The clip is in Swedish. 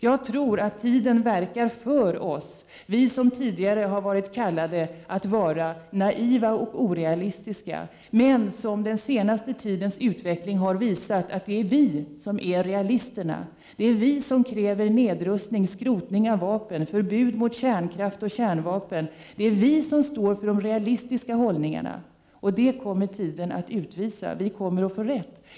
Jag tror att tiden verkar för oss, vi som tidigare har kallats naiva och orealistiska. Men den senaste tidens utveckling har visat att det är vi som är realisterna. Det är vi som kräver nedrustning och skrotning av vapen, förbud mot kärnkraft och kärnvapen. Det är vi som står för den realistiska hållningen, och det kommer tiden att utvisa. Vi kommer att få rätt.